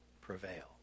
prevail